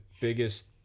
biggest